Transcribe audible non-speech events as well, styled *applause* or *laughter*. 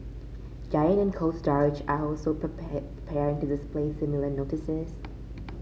Giant and Cold Storage are also *unintelligible* to display similar notices